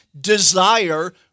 desire